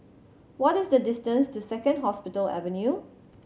what is the distance to Second Hospital Avenue